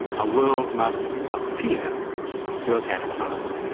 a world must appear to have had a past.